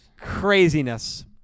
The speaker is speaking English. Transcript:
Craziness